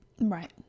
Right